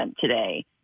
today